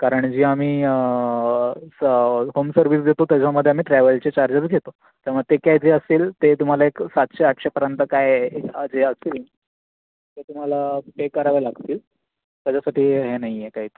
कारण जे आम्ही स होम सर्विस देतो त्याच्यामध्ये आम्ही ट्रॅव्हलचे चार्जेस घेतो त्यामुळे ते काय जे असेल ते तुम्हाला एक सातशे आठशे पर्यंत काय जे असतील ते तुम्हाला पे करावे लागतील त्याच्यासाठी हे नाही आहे काहीच